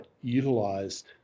utilized